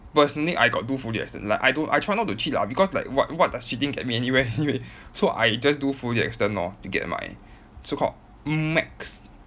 personally I got do fully extended like I do I try not to cheat lah because like what what does cheating get me anywhere anyway so I just do fully extend lor to get my so-called max